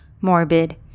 morbid